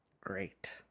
Great